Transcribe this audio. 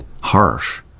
harsh